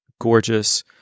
gorgeous